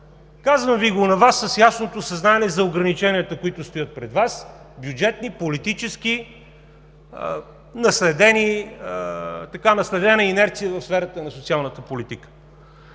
Казвам Ви го с ясното съзнание за ограниченията, които стоят пред Вас – бюджетни, политически, наследена инерция в сферата на социалната политика.